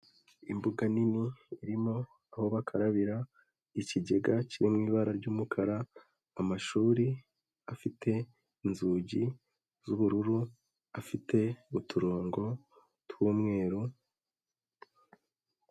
Imbuga nini irimo aho bakarabira, ikigega kiri mu ibara ry'umukara, amashuri afite inzugi z'ubururu, afite uturongo tw'umweru.